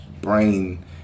brain